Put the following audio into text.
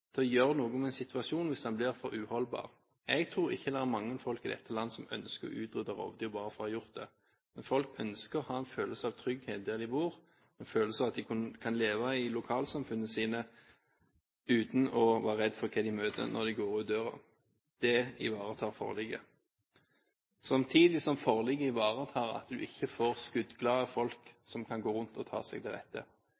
til å gjøre noe med situasjonen hvis den blir for uholdbar. Jeg tror ikke det er mange folk i dette land som ønsker å utrydde rovdyr bare for å ha gjort det, men folk ønsker å ha en følelse av trygghet der de bor, en følelse av at de kan leve i lokalsamfunnene sine uten å være redd for hva de møter når de går ut døra. Det ivaretar forliket, samtidig som forliket ivaretar at man ikke får skuddglade folk